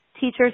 teachers